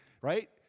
Right